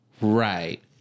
Right